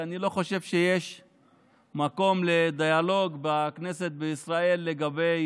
כי אני לא חושב שיש מקום לדיאלוג בכנסת בישראל לגבי